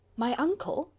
my uncle!